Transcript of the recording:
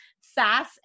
SaaS